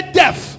death